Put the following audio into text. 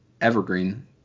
evergreen